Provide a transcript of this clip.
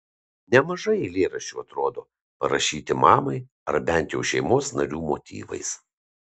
nemažai eilėraščių atrodo parašyti mamai ar bent jau šeimos narių motyvais